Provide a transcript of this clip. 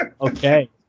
Okay